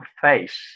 face